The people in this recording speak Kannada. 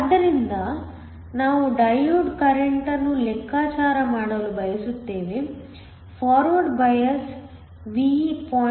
ಆದ್ದರಿಂದ ನಾವು ಡಯೋಡ್ಕರೆಂಟ್ಅನ್ನು ಲೆಕ್ಕಾಚಾರ ಮಾಡಲು ಬಯಸುತ್ತೇವೆ ಫಾರ್ವರ್ಡ್ ಬಯಾಸ್V 0